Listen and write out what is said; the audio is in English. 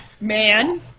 man